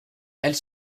elles